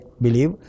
believe